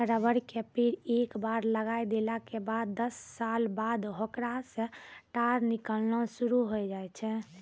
rubber के पेड़ एक बार लगाय देला के बाद दस साल बाद होकरा सॅ टार निकालना शुरू होय जाय छै